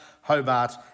Hobart